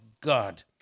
God